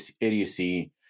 idiocy